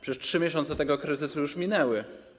Przecież 3 miesiące tego kryzysu już minęły.